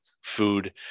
food